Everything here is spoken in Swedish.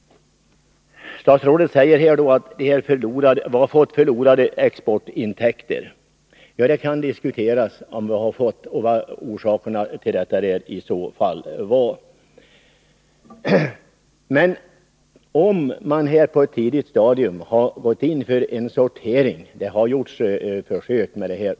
Statsrådet säger att vi har förlorat exportintäkter. Det kan diskuteras om det är riktigt och vilka orsakerna i så fall var. Det har gjorts försök som visar att en sortering av flis är möjlig.